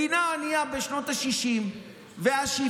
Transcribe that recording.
מדינה ענייה בשנות השישים והשבעים